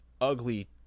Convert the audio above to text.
ugly